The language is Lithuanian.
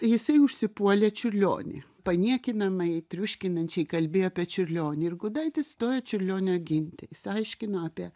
jisai užsipuolė čiurlionį paniekinamai triuškinančiai kalbėjo apie čiurlionį ir gudaitis stojo čiurlionio ginti jis aiškino apie